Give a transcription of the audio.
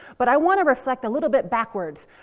but i want to reflect a little bit backwards.